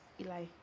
Eli